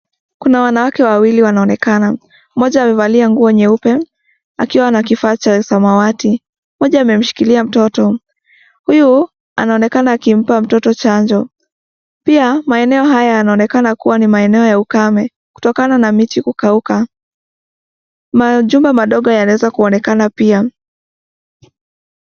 Kuna wanawake wawili wanaonekana. Mmoja amevalia nguo nyeupe akiwa na kifaa ya samawati. Mmoja amemshikilia mtoto. Huyu anaonekana akimpa mtoto chanjo. Pia maeneo haya yanaonekana kwa ni maeneo ya ukame kutokana na miti kukauka. Majumba madogo yanaweza kuonekana pia.